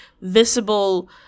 visible